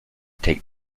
take